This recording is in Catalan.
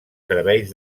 serveis